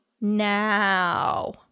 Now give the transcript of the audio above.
now